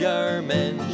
German